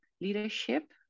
leadership